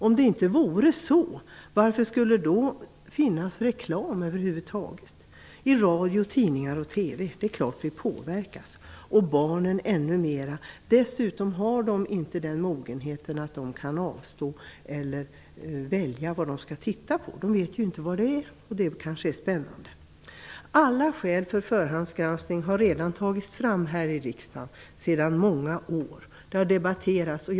Om det inte vore så, varför skulle det då över huvud taget finnas reklam i radio, tidningar och TV? Det är klart att vi påverkas, och barnen ännu mer. Dessutom har barnen inte den mogenheten att de kan avstå eller välja vad de skall titta på. De vet inte vad det är, och det kanske är spännande. Alla skäl för förhandsgranskning har redan tagits fram här i riksdagen i den debatt som har förts under många år.